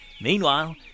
Meanwhile